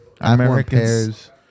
Americans